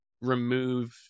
remove